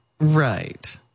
Right